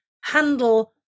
handle